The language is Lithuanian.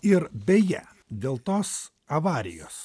ir beje dėl tos avarijos